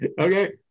Okay